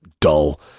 dull